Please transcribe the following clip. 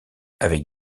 avec